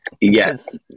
yes